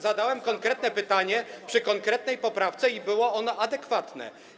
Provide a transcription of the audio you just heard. Zadałem konkretne pytanie przy konkretnej poprawce i było ono adekwatne.